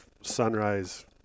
Sunrise